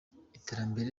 iterambere